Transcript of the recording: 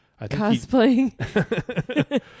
Cosplaying